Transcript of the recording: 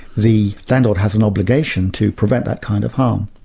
the landlord has an obligation to prevent that kind of harm.